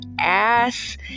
ass